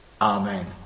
Amen